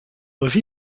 aussi